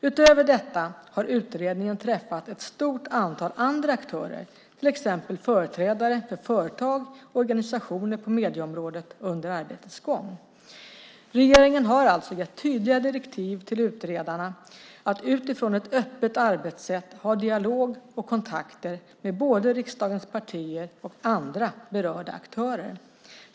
Utöver detta har utredningen träffat ett stort antal andra aktörer, till exempel företrädare för företag och organisationer på medieområdet, under arbetets gång. Regeringen har alltså gett tydliga direktiv till utredarna att utifrån ett öppet arbetssätt ha dialog och kontakter med både riksdagens partier och andra berörda aktörer.